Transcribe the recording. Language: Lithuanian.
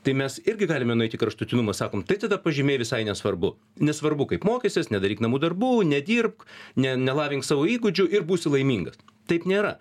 tai mes irgi galime nueiti į kraštutinumą sakom tai tada pažymiai visai nesvarbu nesvarbu kaip mokysies nedaryk namų darbų nedirbk ne nelavink savo įgūdžių ir būsi laimingas taip nėra